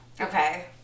Okay